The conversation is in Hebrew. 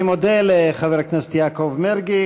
אני מודה לחבר הכנסת יעקב מרגי.